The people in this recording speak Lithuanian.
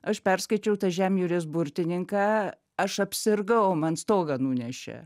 aš perskaičiau tą žemjūrės burtininką aš apsirgau man stogą nunešė